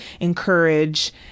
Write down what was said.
encourage